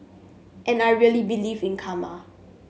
and I really believe in karma